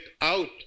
out